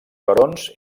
barons